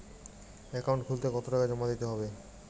Account খুলতে কতো টাকা জমা দিতে হবে?